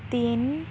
ਤਿੰਨ